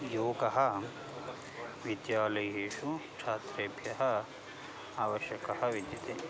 योगः विद्यालयेषु छात्रेभ्यः आवश्यकः विद्यते